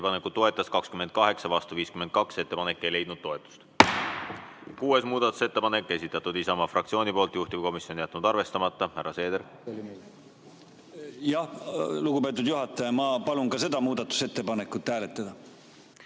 Seeder! Ettepanekut toetas 28, vastu oli 52. Ettepanek ei leidnud toetust. Kuues muudatusettepanek. Esitatud Isamaa fraktsiooni poolt, juhtivkomisjon on jätnud arvestamata. Härra Seeder! Lugupeetud juhataja! Ma palun ka seda muudatusettepanekut hääletada.